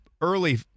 early